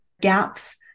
gaps